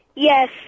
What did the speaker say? Yes